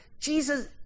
Jesus